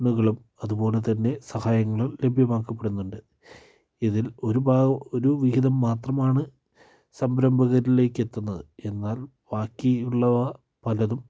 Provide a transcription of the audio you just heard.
കണ്ണുകളും അതുപോലെ തന്നെ സഹായങ്ങളും ലഭ്യമാക്കപ്പെടുന്നുണ്ട് ഇതിൽ ഒരു ഒരു വിഹിതം മാത്രമാണ് സംരംഭകരിലേക്ക് എത്തുന്നത് എന്നാൽ ബാക്കിയുള്ളവ പലതും